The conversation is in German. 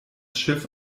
schiff